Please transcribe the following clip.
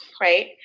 right